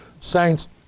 Saints